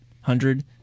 hundred